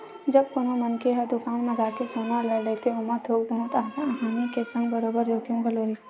जब कोनो मनखे ह दुकान म जाके सोना ल लेथे ओमा थोक बहुत हानि के संग बरोबर जोखिम घलो रहिथे